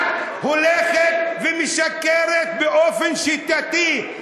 את הולכת ומשקרת באופן שיטתי.